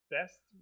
Best